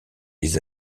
les